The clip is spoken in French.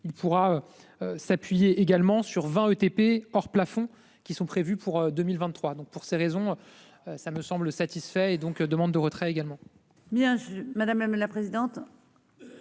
il pourra. S'appuyer également sur 20 ETP hors plafond qui sont prévues pour 2023. Donc pour ces raisons. Ça me semble satisfait et donc demande de retrait également.